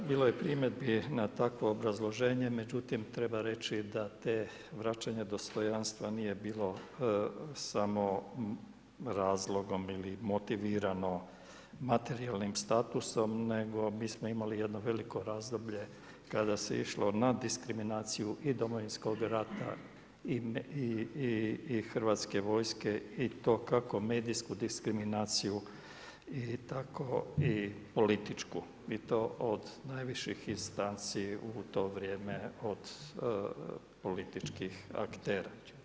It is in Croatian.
Bilo je primjedbi na takvo obrazloženje, međutim, treba reći da te vračanje dostojanstva nije bilo samo razlogom ili motivirano materijalnim statusom nego mi smo imali jedno veliko razdoblje kada se išlo na diskriminaciju i Domovinskog rata i Hrvatske vojske, i to kako medijsku diskriminaciju i tako i političku i to od najviših instanci u to vrijeme od političkih aktera.